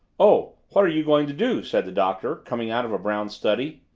oh what are you going to do? said the doctor, coming out of a brown study.